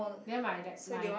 then my that my